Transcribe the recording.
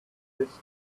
this